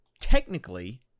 technically